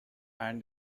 and